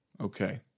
Okay